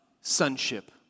sonship